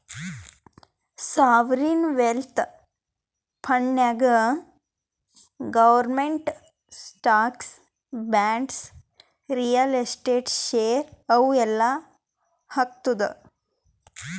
sovereign wealth ಫಂಡ್ನಾಗ್ government stocks, bonds, real estate, share ಇವು ಎಲ್ಲಾ ಹಾಕ್ತುದ್